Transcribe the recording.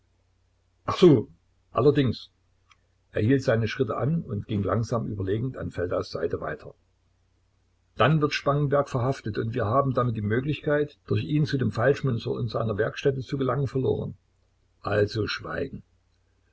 so allerdings er hielt seine schritte an und ging langsam überlegend an feldaus seite weiter dann wird spangenberg verhaftet und wir haben damit die möglichkeit durch ihn zu dem falschmünzer und seiner werkstätte zu gelangen verloren also schweigen